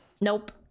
Nope